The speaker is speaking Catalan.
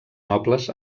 nobles